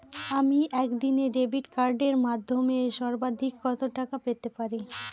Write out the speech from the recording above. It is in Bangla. আমি একদিনে ডেবিট কার্ডের মাধ্যমে সর্বাধিক কত টাকা পেতে পারি?